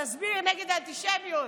תסביר נגד האנטישמיות,